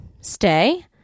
stay